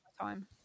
time